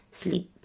sleep